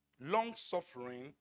long-suffering